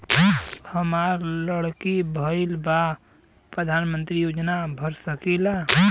हमार लड़की भईल बा प्रधानमंत्री योजना भर सकीला?